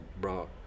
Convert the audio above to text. brought